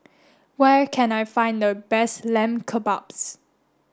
where can I find the best Lamb Kebabs